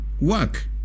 work